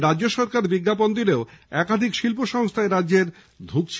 রাজ্য সরকার বিজ্ঞাপন দিলেও একাধিক শিল্প সংস্থা ভুগছে